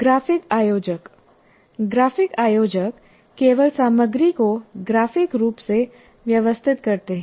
graphic आयोजक graphic आयोजक केवल सामग्री को ग्राफिक रूप से व्यवस्थित करते हैं